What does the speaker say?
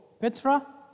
Petra